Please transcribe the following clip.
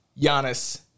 Giannis